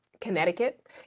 Connecticut